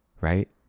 right